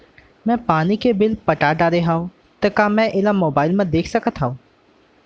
मैं पानी के बिल पटा डारे हव का मैं एला मोबाइल म देख सकथव?